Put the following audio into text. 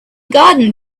garden